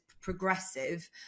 progressive